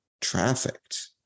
trafficked